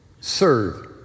serve